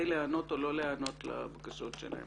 להיענות או לא להיענות לבקשות שלהם?